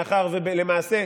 מאחר שלמעשה,